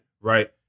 Right